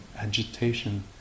agitation